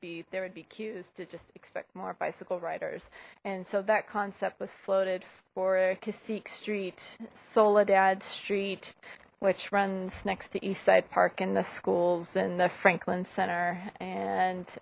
be there would be cues to just expect more bicycle riders and so that concept was floated for a cacique street soledad street which runs next to eastside park in the schools and the franklin center and